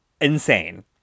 insane